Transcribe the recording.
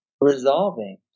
resolving